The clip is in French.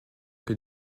que